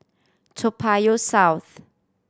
Toa Payoh South